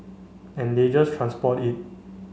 and they just transport it